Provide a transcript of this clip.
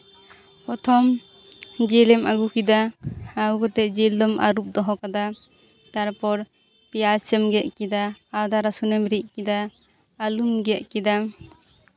ᱯᱨᱚᱛᱷᱚᱢ ᱡᱤᱞᱮᱢ ᱟᱹᱜᱩ ᱠᱮᱫᱟ ᱟᱹᱜᱩ ᱠᱟᱛᱮᱫ ᱡᱤᱞ ᱫᱚᱢ ᱟᱹᱨᱩᱵ ᱫᱚᱦᱚ ᱠᱟᱫᱟ ᱛᱟᱨᱯᱚᱨ ᱯᱮᱸᱭᱟᱡᱽ ᱮᱢ ᱜᱮᱫ ᱠᱮᱫᱟ ᱟᱫᱟ ᱨᱚᱥᱩᱱᱮᱢ ᱨᱤᱫ ᱠᱮᱫᱟ ᱟᱹᱞᱩᱢ ᱜᱮᱫ ᱠᱮᱫᱟ